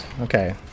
Okay